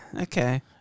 Okay